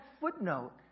footnote